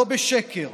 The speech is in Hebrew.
לא בשקר.